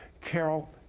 Carol